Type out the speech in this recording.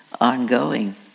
ongoing